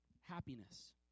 Happiness